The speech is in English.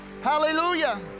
Hallelujah